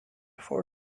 for